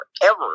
forever